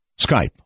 Skype